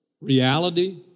reality